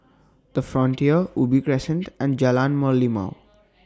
The Frontier Ubi Crescent and Jalan Merlimau